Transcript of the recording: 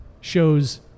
show's